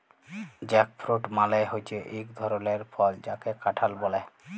jackfruit মালে হচ্যে এক ধরলের ফল যাকে কাঁঠাল ব্যলে